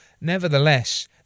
nevertheless